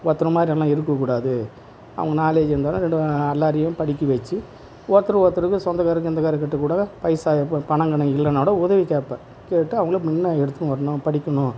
ஒருத்தனை மாதிரி நம்ம இருக்கக்கூடாது அவன் நாலேஜ் இருந்தால் தான் எல்லோரையும் படிக்க வச்சு ஒருத்தர் ஒருத்தருக்கு சொந்தக்காரருக்கு கிந்தக்காருக்கிட்ட கூட பைசா பணம் கிணம் இல்லைனா கூட உதவி கேப்பேன் கேட்டு அவங்க முன்ன எடுத்துன்னு வரணும் படிக்கணும்